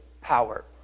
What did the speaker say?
power